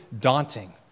daunting